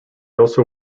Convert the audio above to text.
also